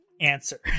answer